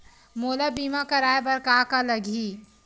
मोला बीमा कराये बर का का लगही?